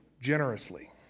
generously